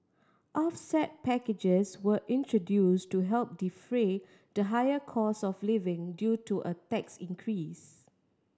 offset packages were introduce to help defray the higher cost of living due to a tax increase